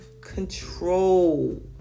control